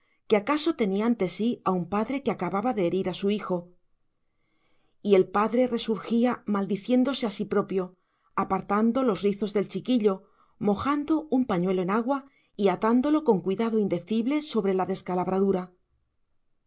que acaso tenía ante sí a un padre que acababa de herir a su hijo y el padre resurgía maldiciéndose a sí propio apartando los rizos del chiquillo mojando un pañuelo en agua y atándolo con cuidado indecible sobre la descalabradura